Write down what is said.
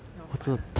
你好烦 ah